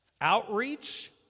Outreach